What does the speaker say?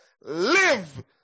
live